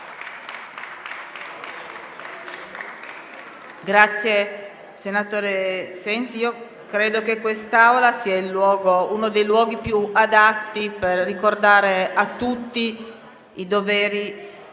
Senatore Sensi, io credo che quest'Aula sia uno dei luoghi più adatti per ricordare a tutti i doveri